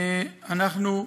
אנחנו,